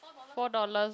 four dollars